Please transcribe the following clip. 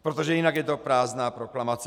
Protože jinak je to prázdná proklamace.